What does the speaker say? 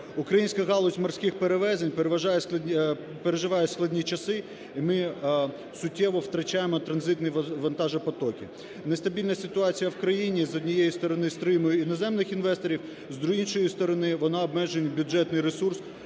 Українська галузь морських перевезень переживає складні часи, і ми суттєво втрачаємо транзитні вантажопотоки. Нестабільна ситуація в країні, з однієї сторони, стримує іноземних інвесторів, з іншої сторони, вона обмежує бюджетний ресурс